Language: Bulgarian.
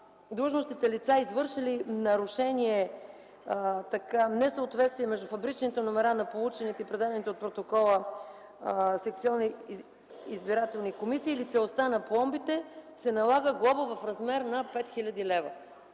длъжностните лица, извършили нарушение – несъответствие между фабричните номера на получените и предадените протоколи от секционната избирателна комисия или целостта на пломбите, се налага глоба в размер на 5000 лв.